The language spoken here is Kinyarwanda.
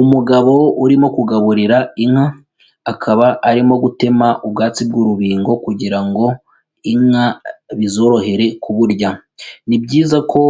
Umugabo urimo kugaburira inka akaba arimo gutema ubwatsi bw'urubingo kugira ngo inka bizorohere kuburya, ni byiza ko